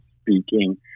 speaking